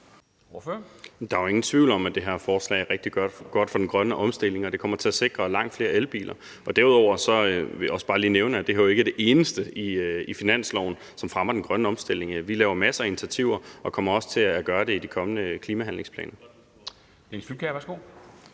Der er jo ingen tvivl om, at det her forslag er rigtig godt for den grønne omstilling, og at det kommer til at sikre, at der kommer langt flere elbiler. Derudover vil jeg også bare lige nævne, at det her jo ikke er det eneste i finansloven, som fremmer den grønne omstilling. Vi tager masser af initiativer og kommer også til at gøre det i forbindelse med den kommende klimahandlingsplan.